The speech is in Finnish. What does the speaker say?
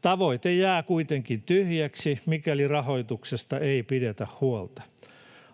Tavoite jää kuitenkin tyhjäksi, mikäli rahoituksesta ei pidetä huolta.